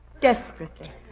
Desperately